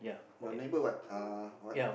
your neighbour what uh what